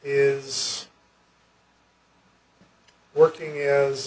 is working as